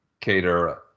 Cater